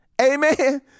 Amen